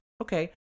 Okay